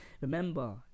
remember